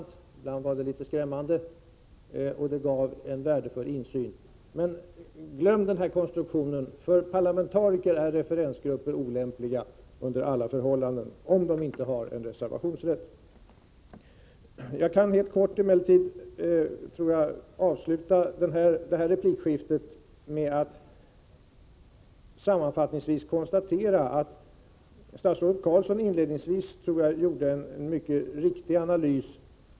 Ibland var det litet skrämmande, men det gav en värdefull insyn. Men glöm denna konstruktion! För parlamentariker är referensgrupper olämpliga under alla förhållanden, om de inte har reservationsrätt. Jag kan emellertid helt kort avsluta detta replikskifte med att sammanfattningsvis konstatera att statsrådet Carlsson inledningsvis gjorde en mycket riktig analys.